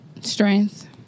Strength